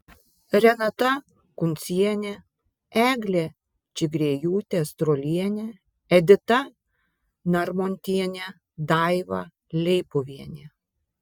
renata kuncienė eglė čigriejūtė strolienė edita narmontienė daiva leipuvienė